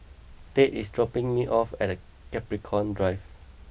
Tate is dropping me off at Capricorn Drive